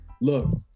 look